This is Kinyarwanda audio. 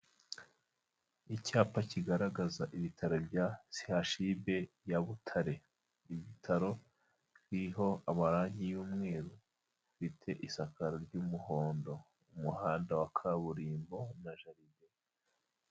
Icyapa kigaragaza ibitaro bya sehashibe ya Butare ibitaro biriho amarangi y'umweru bifite isakaro ry'umuhondo mu muhanda wa kaburimbo na jaride.